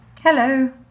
Hello